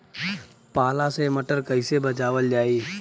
पाला से मटर कईसे बचावल जाई?